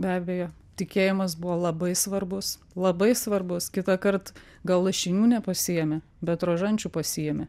be abejo tikėjimas buvo labai svarbus labai svarbus kitąkart gal lašinių nepasiėmė bet rožančių pasiėmė